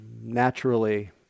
naturally